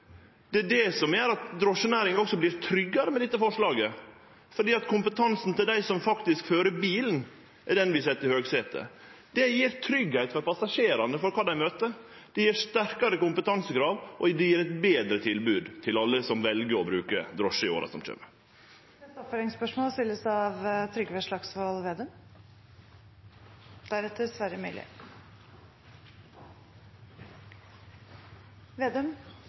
Det er det som gjer at drosjenæringa også vert tryggare med dette forslaget, fordi vi set kompetansen til dei som faktisk køyrer bilen, i høgsetet. Det gjev tryggleik for passasjerane for kva dei møter. Det gjev sterkare kompetansekrav, og det gjev eit betre tilbod til alle som vel å bruke drosje i åra som kjem.